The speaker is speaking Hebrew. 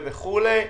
זה